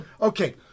okay